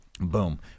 Boom